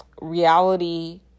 reality